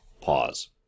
Pause